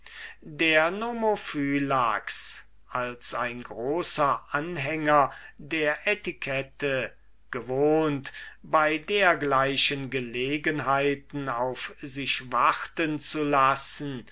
der nomophylax als ein großer anhänger der etikette gewohnt bei dergleichen gelegenheiten auf sich warten zu lassen